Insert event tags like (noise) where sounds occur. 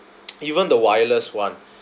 (noise) even the wireless [one]